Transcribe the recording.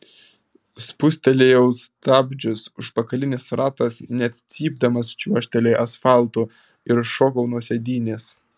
spustelėjau stabdžius užpakalinis ratas net cypdamas čiuožtelėjo asfaltu ir šokau nuo sėdynės